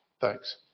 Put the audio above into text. Thanks